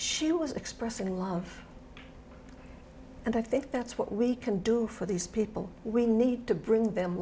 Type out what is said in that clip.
she was expressing love and i think that's what we can do for these people we need to bring them